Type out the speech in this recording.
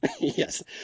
Yes